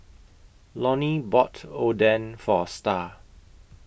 Lonny bought Oden For Starr